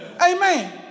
Amen